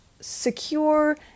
secure